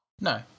No